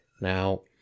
Now